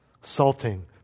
Salting